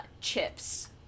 Chips